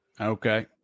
Okay